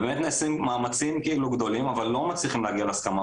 ובאמת נעשים מאמצים גדולים אבל לא מצליחים להגיע להסכמה,